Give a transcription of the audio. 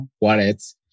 wallets